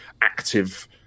active